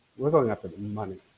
we're going after the money.